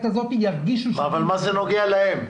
הזאת ירגישו --- אבל מה זה נוגע להם?